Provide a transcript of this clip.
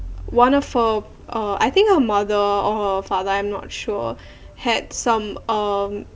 want to for uh I think her mother or her father I'm not sure had some um